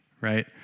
right